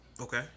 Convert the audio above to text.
Okay